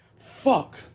fuck